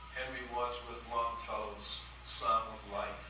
henry wadsworth longfellow's psalm of life.